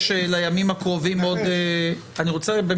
יש לימים הקרובים עוד --- בוודאי